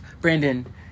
Brandon